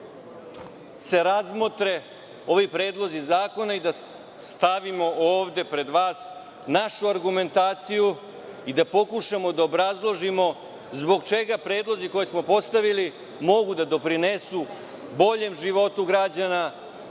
delu razmotre ovi predlozi zakona, da stavimo ovde pred vas našu argumentaciju i da pokušamo da obrazložimo zbog čega predlozi koje smo postavili mogu da doprinesu boljem životu građana,